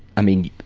i mean,